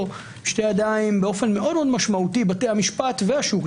בשתי ידיים באופן מאוד משמעותי בתי המשפט והשוק.